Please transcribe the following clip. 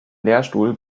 lehrstuhl